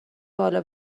بالا